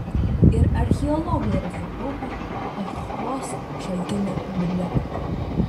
ir archeologai yra sukaupę ochros šaltinių biblioteką